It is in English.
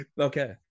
Okay